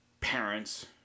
parents